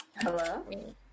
Hello